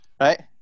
Right